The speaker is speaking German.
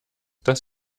dass